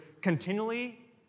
continually